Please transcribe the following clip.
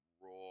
raw